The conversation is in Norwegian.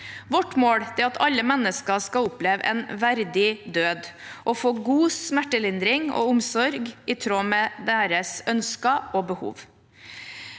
Vårt mål er at alle mennesker skal oppleve en verdig død og få god smertelindring og omsorg i tråd med sine ønsker og behov.